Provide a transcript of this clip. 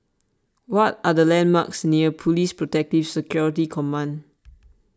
what are the landmarks near Police Protective Security Command